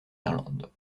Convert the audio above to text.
irlande